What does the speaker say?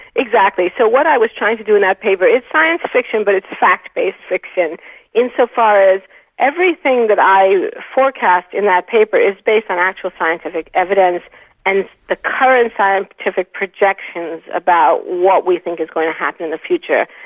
exactly. so what i was trying to do in that paper, it's science fiction but it's a fact-based fiction in so far as everything that i forecast in that paper is based on actual scientific evidence and the current scientific projections about what we think is going to happen in the future.